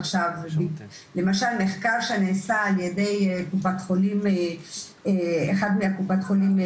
עכשיו למשל מחקר שנעשה על ידי אחת מקופות החולים,